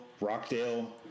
Rockdale